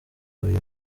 uyu